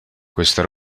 questo